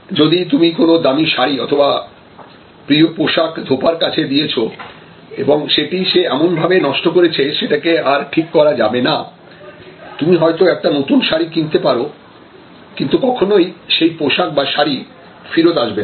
যদি তুমি কোনো দামি শাড়ি অথবা প্রিয় পোশাক ধোপার কাছে দিয়েছ এবং সেটি সে এমন ভাবে নষ্ট করেছে সেটাকে আর ঠিক করা যাবে না তুমি হয়তো একটা নতুন শাড়ি কিনতে পারো কিন্তু কখনোই সেই পোশাক বা শাড়ি ফেরৎ আসবে না